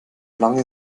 lange